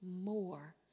more